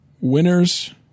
Winners